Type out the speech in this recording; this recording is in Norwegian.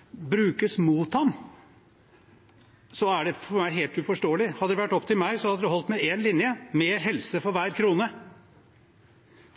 ikke så veldig at hans parti ikke står sterkere i Vestfold, Norges grønnsakhage. Når han kan stå her og si at statsrådens 18-siders brev brukes mot ham, er det for meg helt uforståelig. Hadde det vært opp til meg, hadde det holdt med én linje: Mer helse for hver krone.